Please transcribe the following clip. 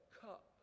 cup